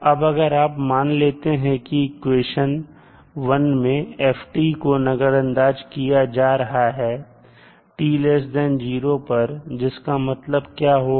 अब अगर आप मान लेते हैं कि इक्वेशन 1 में f को नजरअंदाज किया जा रहा है t0 पर जिसका मतलब क्या होगा